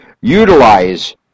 utilize